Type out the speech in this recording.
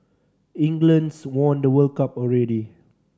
England's won the World Cup already